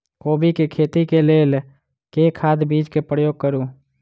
कोबी केँ खेती केँ लेल केँ खाद, बीज केँ प्रयोग करू?